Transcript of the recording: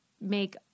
make